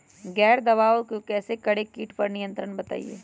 बगैर दवा के कैसे करें कीट पर नियंत्रण बताइए?